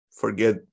Forget